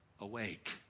awake